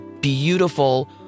beautiful